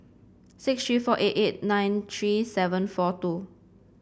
six three four eight eight nine three seven four two